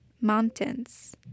mountains